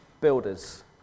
builders